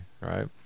right